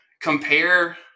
Compare